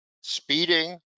speeding